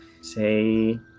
say